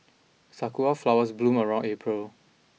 sakura flowers bloom around April